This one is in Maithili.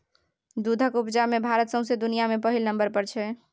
दुधक उपजा मे भारत सौंसे दुनियाँ मे पहिल नंबर पर छै